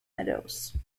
meadows